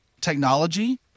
technology